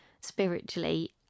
spiritually